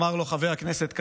אמר לו חבר הכנסת כסיף: